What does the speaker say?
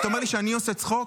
אתה אומר לי שאני עושה צחוק?